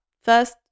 first